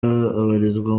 abarizwa